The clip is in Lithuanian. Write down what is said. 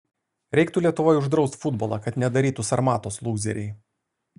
reiktų lietuvoj uždraust futbolą kad nedarytų sarmatos lūzeriai